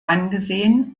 angesehen